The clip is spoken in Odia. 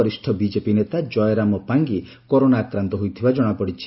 ବରିଷ ବିଜେପି ନେତା କୟରାମ ପାଙ୍ଗି କରୋନା ଆକ୍ରାନ୍ତ ହୋଇଥିବା ଜଶାପଡ଼ିଛି